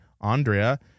Andrea